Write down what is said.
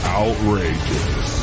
outrageous